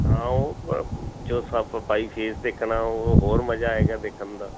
ਹਾਂ ਓਹ ਜੋ ਬਾਈ ਫੇਸ ਦੇਖਣਾ ਉਹ ਹੋਰ ਮਜ਼ਾ ਆਏਗਾ ਦੇਖਣ ਦਾ